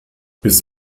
bis